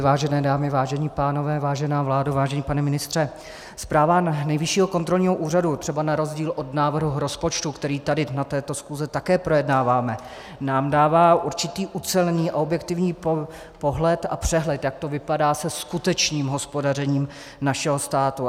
Vážené dámy, vážení pánové, vážená vládo, vážený pane ministře, zpráva Nejvyššího kontrolního úřadu třeba na rozdíl od návrhu rozpočtu, který tady na této schůzi také projednáváme, nám dává určitý ucelený a objektivní pohled a přehled, jak to vy padá se skutečným hospodařením našeho státu.